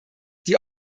die